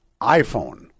iPhone